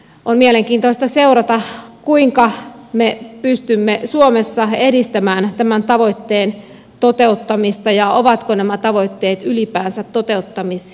on mielenkiintoista seurata kuinka me pystymme suomessa edistämään tämän tavoitteen toteuttamista ja ovatko nämä tavoitteet ylipäänsä toteuttamiskelpoisia